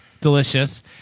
Delicious